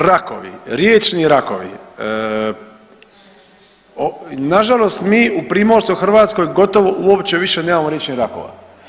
Rakovi, riječni rakovi nažalost mi u Primorskoj Hrvatskoj gotovo uopće više nemamo riječnih rakova.